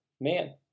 man